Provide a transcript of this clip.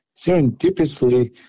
serendipitously